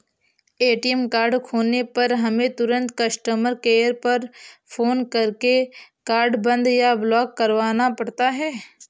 ATM card खोने पर हमें तुरंत कस्टमर केयर पर फ़ोन करके कार्ड बंद या ब्लॉक करवाना पड़ता है